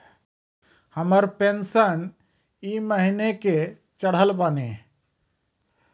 हमर पेंशन ई महीने के चढ़लऽ बानी?